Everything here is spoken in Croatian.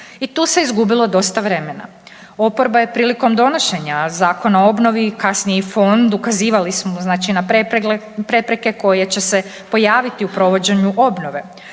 I tu se izgubilo dosta vremena. Oporba je prilikom donošenja Zakona o obnovi, kasnije i fond ukazivali smo znači prepreke koje će se pojaviti u provođenju obnove.